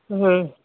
हम्म